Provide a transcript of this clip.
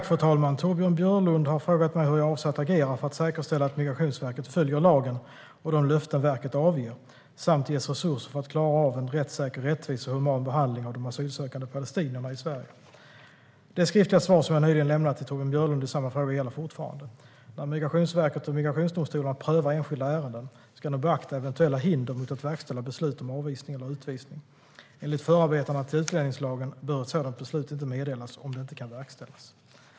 Fru talman! Torbjörn Björlund har frågat mig hur jag avser att agera för att säkerställa att Migrationsverket följer lagen och de löften verket avger samt ges resurser för att klara av en rättssäker, rättvis och human behandling av de asylsökande palestinierna i Sverige. Det skriftliga svar som jag nyligen lämnade till Torbjörn Björlund i samma fråga gäller fortfarande: När Migrationsverket och migrationsdomstolarna prövar enskilda ärenden ska de beakta eventuella hinder mot att verkställa beslut om avvisning eller utvisning. Enligt förarbetena till utlänningslagen bör ett sådant beslut inte meddelas om det inte kan verkställas.